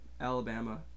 Alabama